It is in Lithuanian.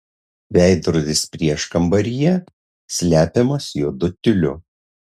veidrodis prieškambaryje slepiamas juodu tiuliu